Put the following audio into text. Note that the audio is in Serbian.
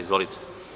Izvolite.